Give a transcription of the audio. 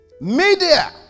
Media